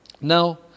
Now